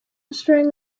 string